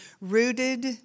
rooted